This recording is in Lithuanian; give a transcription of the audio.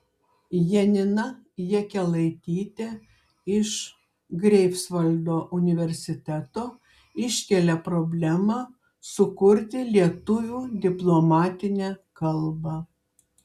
janina jakelaitytė iš greifsvaldo universiteto iškelia problemą sukurti lietuvių diplomatinę kalbą